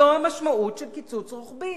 זו המשמעות של קיצוץ רוחבי.